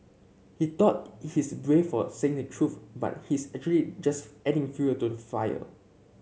he thought he's brave for saying the truth but he's actually just adding fuel to the fire